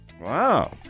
Wow